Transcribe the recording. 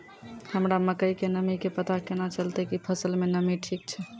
हमरा मकई के नमी के पता केना चलतै कि फसल मे नमी ठीक छै?